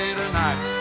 tonight